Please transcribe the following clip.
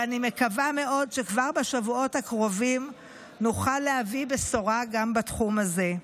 ואני מקווה מאוד שכבר בשבועות הקרובים נוכל להביא בשורה גם בתחום הזה.